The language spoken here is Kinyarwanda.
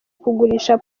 kugurisha